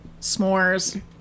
s'mores